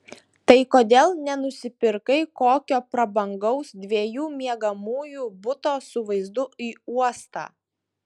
tai kodėl nenusipirkai kokio prabangaus dviejų miegamųjų buto su vaizdu į uostą